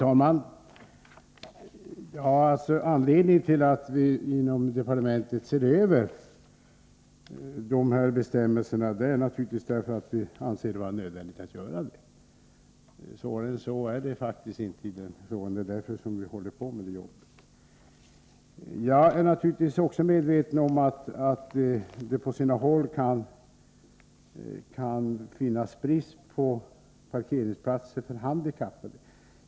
Herr talman! Anledningen till att vi inom departementet ser över de här bestämmelserna är naturligtvis att vi anser att det är nödvändigt. Svårare än så är det faktiskt inte. Jag är naturligtvis också medveten om att det på sina håll kan råda brist på parkeringsplatser för handikappade.